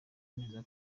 neza